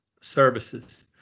services